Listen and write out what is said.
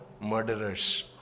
murderers